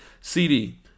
CD